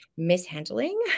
mishandling